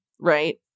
right